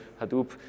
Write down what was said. Hadoop